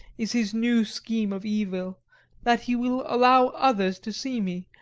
is his new scheme of evil that he will allow others to see me,